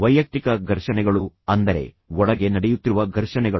ವೈಯಕ್ತಿಕ ಘರ್ಷಣೆಗಳು ಅಂದರೆ ಒಳಗೆ ನಡೆಯುತ್ತಿರುವ ಘರ್ಷಣೆಗಳು